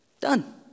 done